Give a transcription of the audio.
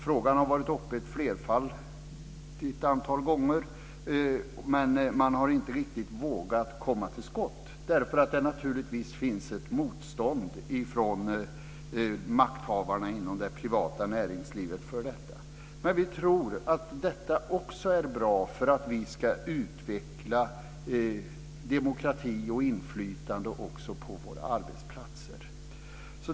Frågan har varit uppe ett flertal gånger, men man har inte riktigt vågat komma till skott eftersom det naturligtvis finns ett motstånd mot detta från makthavarna inom det privata näringslivet. Vi tror dock att detta är bra för att utveckla demokrati och inflytande också på våra arbetsplatser.